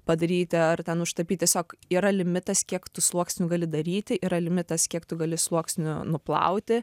padaryti ar ten užtapyt tiesiog yra limitas kiek tu sluoksnių gali daryti yra limitas kiek tu gali sluoksnių nuplauti